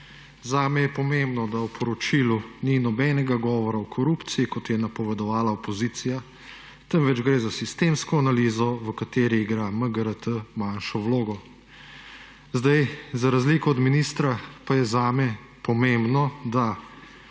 »Zame je pomembno, da v poročilu ni nobenega govora o korupciji, kot je napovedovala opozicija, temveč gre za sistemsko analizo, v kateri igra MGRT manjšo vlogo.« Za razliko od ministra pa je zame pomembno, da